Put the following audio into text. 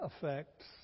effects